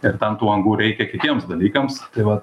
ir ten tų angų reikia kitiems dalykams tai va